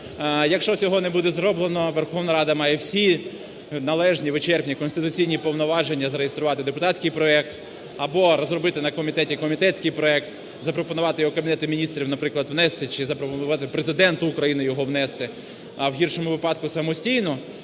якщо цього не буде зроблено, Верховна Рада має всі належні, вичерпні конституційні повноваження зареєструвати депутатський проект або розробити на комітеті комітетський проект, запропонувати його Кабінету Міністрів, наприклад, внести чи запропонувати Президенту України його внести, а в гіршому випадку самостійно